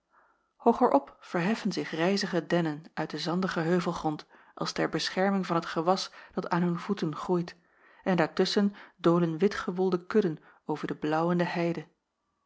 op verheffen zich rijzige dennen uit den zandigen heuvelgrond als ter bescherming van het gewas dat aan hun voeten groeit en daartusschen dolen witgewolde kudden over de blaauwende heide